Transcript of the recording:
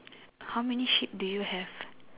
how many shape do you have